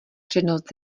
přednost